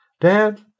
Dad